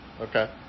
Okay